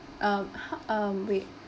um ho~ um wait